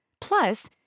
Plus